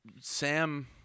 Sam